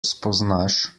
spoznaš